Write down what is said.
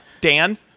Dan